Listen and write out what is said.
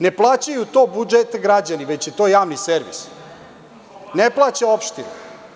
Ne plaćaju to građani, već je to javni servis, ne plaća opština.